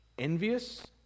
Envious